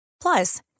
Plus